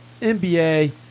NBA